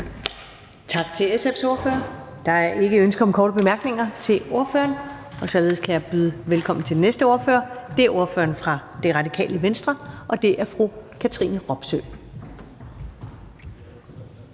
Tak til SF's ordfører. Der er ikke ønske om korte bemærkninger til ordføreren. Således kan jeg byde velkommen til den næste ordfører. Det er ordføreren fra Det Radikale Venstre, og det er fru Katrine Robsøe.